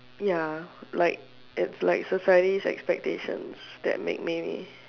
ya like its like society's expectations that make me